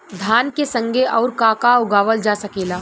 धान के संगे आऊर का का उगावल जा सकेला?